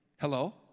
hello